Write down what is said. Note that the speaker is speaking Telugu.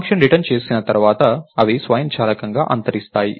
ఫంక్షన్ రిటర్న్ చేసిన తర్వాత అవి స్వయంచాలకంగా అంతరిస్తాయి